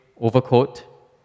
overcoat